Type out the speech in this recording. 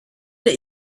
that